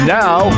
now